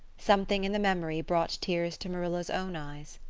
something in the memory brought tears to marilla's own eyes.